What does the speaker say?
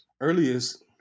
earliest